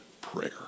prayer